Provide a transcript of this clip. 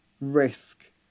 risk